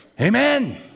Amen